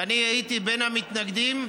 ואני הייתי בין המתנגדים,